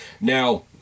Now